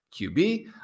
QB